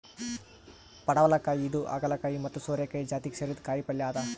ಪಡವಲಕಾಯಿ ಇದು ಹಾಗಲಕಾಯಿ ಮತ್ತ್ ಸೋರೆಕಾಯಿ ಜಾತಿಗ್ ಸೇರಿದ್ದ್ ಕಾಯಿಪಲ್ಯ ಅದಾ